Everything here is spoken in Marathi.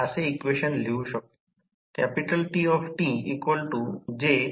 येथे single phase step down transformer चे वाइंडिंग प्रमाण 3 आहे